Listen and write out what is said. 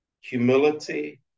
humility